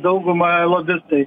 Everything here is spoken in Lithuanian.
daugumą lobistai